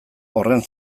horren